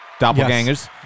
Doppelgangers